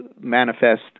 manifest